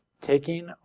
taking